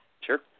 sure